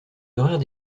horaires